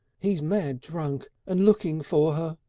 he's mad drunk and looking for her.